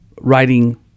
writing